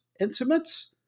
Intimates